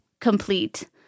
complete